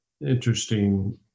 interesting